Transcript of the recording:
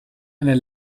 einer